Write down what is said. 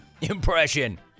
impression